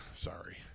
Sorry